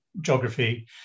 geography